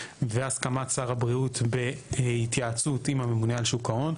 והסכמת שר הבריאות בהתייעצות עם הממונה על שוק ההון,